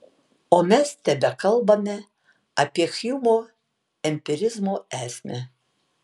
o mes tebekalbame apie hjumo empirizmo esmę